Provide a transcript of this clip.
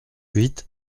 huit